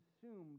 consumed